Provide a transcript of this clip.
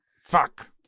fuck